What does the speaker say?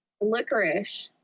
Licorice